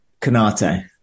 Canate